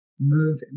move